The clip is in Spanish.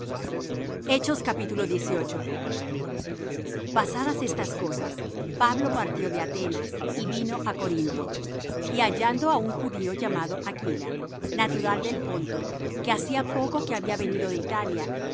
pasadas estas cosas pablo partió de atenas y vino á corinto y hallando á un judío llamado aquila natural del ponto que hacía poco que había venido de italia